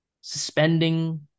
suspending